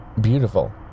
beautiful